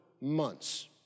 months